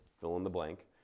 fill-in-the-blank